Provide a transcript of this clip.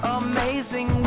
amazing